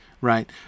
right